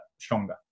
stronger